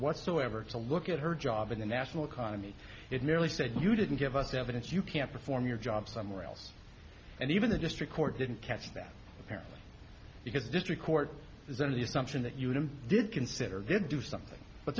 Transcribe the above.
whatsoever to look at her job in the national economy it merely said you didn't give us evidence you can't perform your job somewhere else and even the district court didn't catch that apparently because the district court is under the assumption that unum did consider did do something but